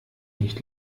nicht